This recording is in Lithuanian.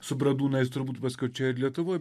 su bradūnais turbūt paskiau čia ir lietuvoj